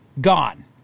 Gone